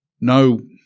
no